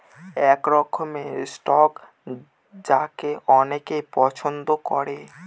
এক রকমের স্টক যাকে অনেকে পছন্দ করে